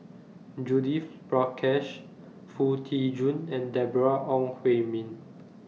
Judith Prakash Foo Tee Jun and Deborah Ong Hui Min